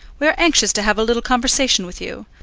we are anxious to have a little conversation with you.